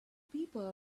people